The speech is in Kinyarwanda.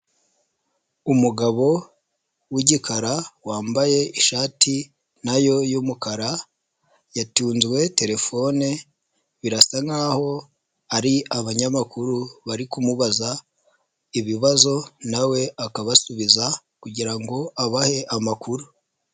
Umugabo w'igikara wambaye ishati na yo y'umukara, yatuzwe telefone, birasa nkaho ari abanyamakuru bari kumubaza ibibazo na we akabasubiza kugira ngo abahe amakuru.